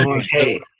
hey